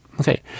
okay